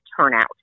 turnout